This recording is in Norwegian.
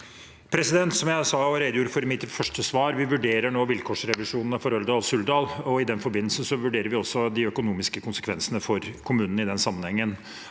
Som jeg sa og re- degjorde for i mitt første svar: Vi vurderer nå vilkårsrevisjonene for Røldal–Suldal, og i den forbindelse vurderer vi også de økonomiske konsekvensene for kommunene. Her er det en